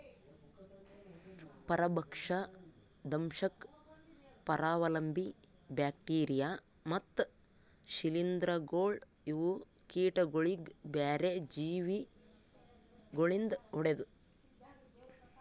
ಪರಭಕ್ಷ, ದಂಶಕ್, ಪರಾವಲಂಬಿ, ಬ್ಯಾಕ್ಟೀರಿಯಾ ಮತ್ತ್ ಶ್ರೀಲಿಂಧಗೊಳ್ ಇವು ಕೀಟಗೊಳಿಗ್ ಬ್ಯಾರೆ ಜೀವಿ ಗೊಳಿಂದ್ ಹೊಡೆದು